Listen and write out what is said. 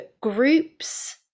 groups